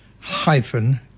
hyphen